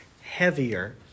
heavier